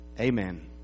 Amen